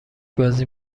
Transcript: بازی